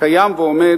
מעט